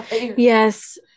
yes